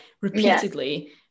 repeatedly